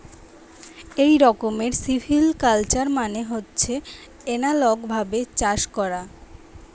এক রকমের সিভিকালচার মানে হচ্ছে এনালগ ভাবে চাষ করা